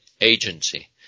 agency